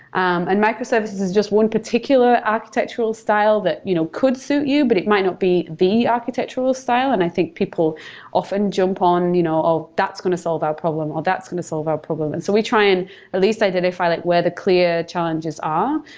um and microservices is just one particular architectural style that you know could suit you but it might not be the architectural style, and i think people often jump on, you know oh! that's going to solve our problem. that's going to solve our problem. and so we try and at least identify like where the clear challenges are.